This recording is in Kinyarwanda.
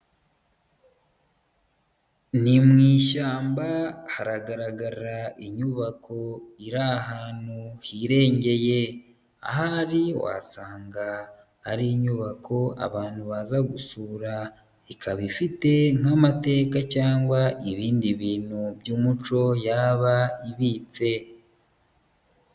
Ni mu ishyamba haragaragara inyubako iri ahantu hirengeye. Ahari wasanga ari inyubako abantu baza gusura ikaba ifite nk'amateka cyangwa ibindi bintu by'umuco yaba ibitse.